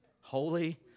holy